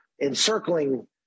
encircling